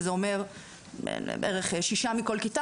שזה אומר בערך שישה מכל כיתה,